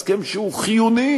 הסכם שהוא חיוני,